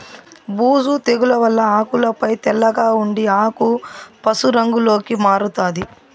బూజు తెగుల వల్ల ఆకులపై తెల్లగా ఉండి ఆకు పశు రంగులోకి మారుతాది